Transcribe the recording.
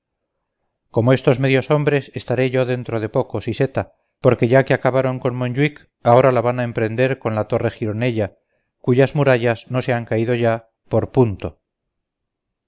como estos medios hombres estaré yo dentro de poco siseta porque ya que acabaron con monjuich ahora la van a emprender con la torre gironella cuyas murallas no se han caído ya por punto